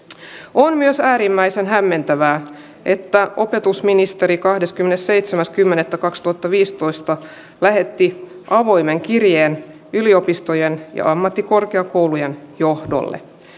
on myös äärimmäisen hämmentävää että opetusministeri kahdeskymmenesseitsemäs kymmenettä kaksituhattaviisitoista lähetti avoimen kirjeen yliopistojen ja ammattikorkeakoulujen johdolle